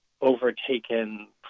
overtaken